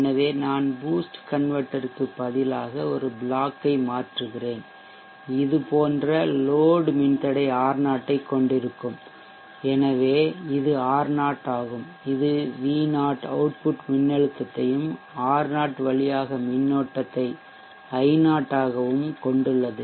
எனவே நான் boost converter க்கு பதிலாக ஒரு பிளாக் ஐ மாற்றுகிறேன் இது போன்ற லோட் மின்தடை R0 ஐக் கொண்டிருக்கிறோம் எனவே இது R0 ஆகும் இது V0 அவுட்புட் மின்னழுத்தத்தையும் R0 வழியாக மின்னோட்டத்தை I0 ஆகவும் கொண்டுள்ளது